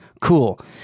Cool